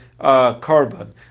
carbon